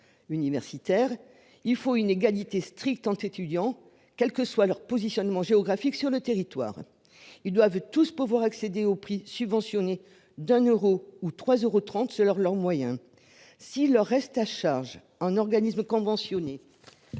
universitaire. Il faut une égalité stricte entre étudiants, quel que soit leur positionnement géographique sur le territoire, ils doivent tous pouvoir accéder au prix subventionné d'un euros ou trois euros 30 sur leur leurs moyens. Si le reste à charge un organisme conventionné.